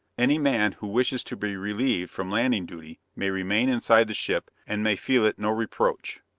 any man who wishes to be relieved from landing duty may remain inside the ship, and may feel it no reproach.